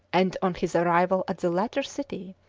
and, on his arrival at the latter city,